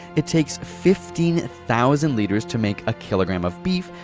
it takes fifteen thousand litres to make a kilogram of beef,